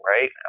right